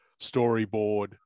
storyboard